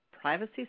privacy